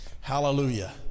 hallelujah